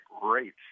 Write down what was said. great